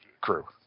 crew